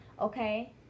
okay